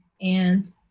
and-